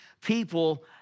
people